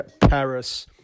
Paris